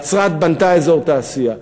נצרת בנתה אזור תעשייה.